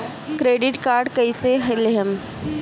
Credit card कईसे लेहम?